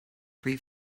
free